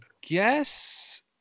guess